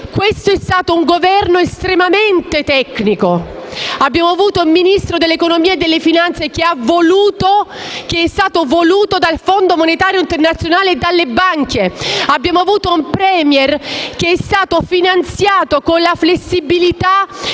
Questo è stato un Governo estremamente tecnico. Abbiamo avuto un Ministro dell'economia e delle finanze che è stato voluto dal Fondo monetario internazionale e dalle banche. Abbiamo avuto un *Premier* che è stato finanziato, con il tramite